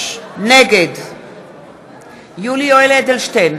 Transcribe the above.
נגד יולי יואל אדלשטיין,